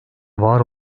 var